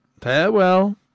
Farewell